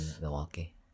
Milwaukee